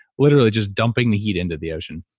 literally just dumping the heat into the ocean.